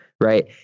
right